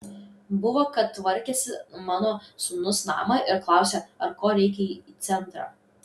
buvo kad tvarkėsi mano sūnus namą ir klausia ar ko reikia į centrą